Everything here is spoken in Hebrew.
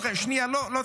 שנייה, לא צריך.